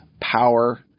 power